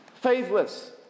faithless